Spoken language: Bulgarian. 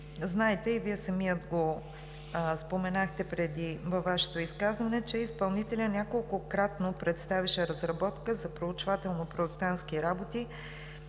Знаете, и Вие самият го споменахте във Вашето изказване, че изпълнителят неколкократно представяше разработка за проучвателно-проектантски работи